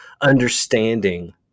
understanding